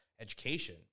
education